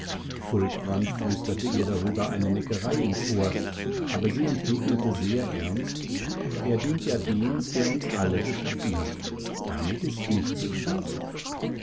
huldbrand flüsterte ihr darüber eine neckerei ins ohr sie aber entgegnete sehr ernst er dient ja dem der uns alle geschaffen hat damit ist nicht zu spaßen